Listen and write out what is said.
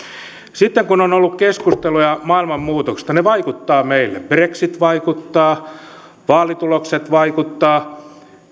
sitten on ollut keskusteluja maailman muutoksista ne vaikuttavat meille brexit vaikuttaa vaalitulokset vaikuttavat